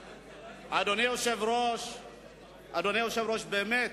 היושב-ראש, באמת,